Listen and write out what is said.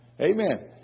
Amen